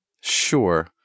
Sure